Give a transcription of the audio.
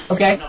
Okay